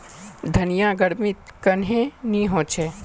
धनिया गर्मित कन्हे ने होचे?